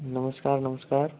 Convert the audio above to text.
नमस्कार नमस्कार